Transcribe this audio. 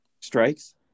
strikes